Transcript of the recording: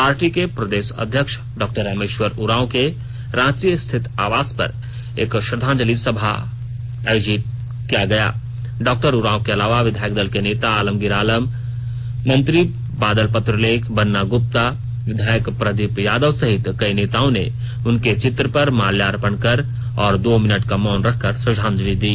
party के प्रदेश अध्यक्ष डॉ रामेश्वर उरांव के रांची स्थित आवास पर एक श्रद्वांजलि सभा आयोजित कर डॉ उरांव के अलावा विधायक दल के नेता आलमगीर आलम मंत्री बादल पत्रलेख बन्ना ग्रप्ता विधायक प्रदीप यादव सहित कई नेताओं ने उनके चित्र पर माल्यापर्ण कर और दो मिनट का मौन रखकर श्रद्धांजलि दी